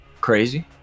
crazy